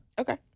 Okay